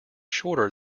shorter